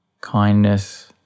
kindness